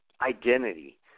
identity